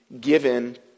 given